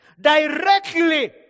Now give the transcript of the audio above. Directly